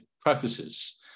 prefaces